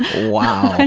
wow!